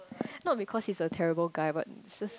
not because he's a terrible guy but it's just